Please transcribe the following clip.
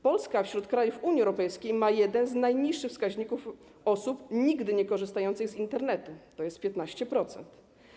Polska wśród krajów Unii Europejskiej ma jeden z najniższych wskaźników osób nigdy niekorzystających z Internetu, tj. 15%.